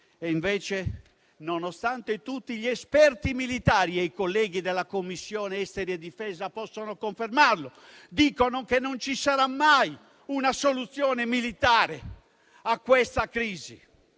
Invece, nonostante tutti gli esperti militari, come i colleghi della 4a Commissione possono confermare, sostengono che non ci sarà mai una soluzione militare a questa crisi,